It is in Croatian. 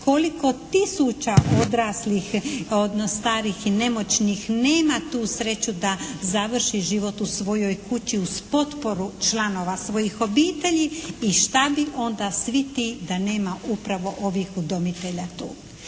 Koliko tisuća odraslih, starih i nemoćnih nema tu sreću da završi život u svojoj kući uz potporu članova svojih obitelji i šta bi onda svi ti da nema upravo ovih udomitelja tu?